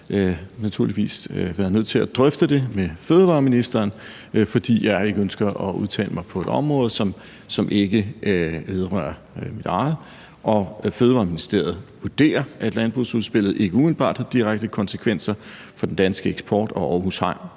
været nødt til at drøfte det med fødevareministeren, fordi jeg ikke ønsker at udtale mig om et område, som ikke vedrører mit eget. Fødevareministeriet vurderer, at landbrugsudspillet ikke umiddelbart har direkte konsekvenser for den danske eksport og Aarhus Havn.